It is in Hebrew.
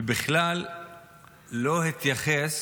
ובכלל לא התייחס